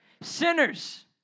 Sinners